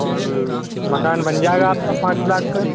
और मकान बन जाएगा आपका पाँच लाख तक